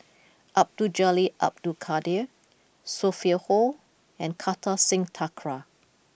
Abdul Jalil Abdul Kadir Sophia Hull and Kartar Singh Thakral